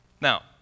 Now